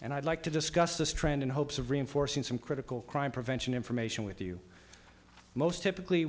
and i'd like to discuss this trend in hopes of reinforcing some critical crime prevention information with you most typically